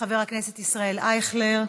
חבר הכנסת ישראל אייכלר,